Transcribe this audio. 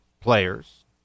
players